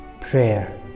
Prayer